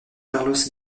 carlos